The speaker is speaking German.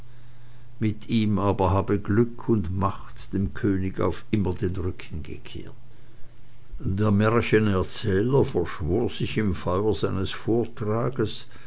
mit ihm aber habe glück und macht dem könig auf immer den rücken gewandt der märchenerzähler verschwor sich im feuer seines vortrages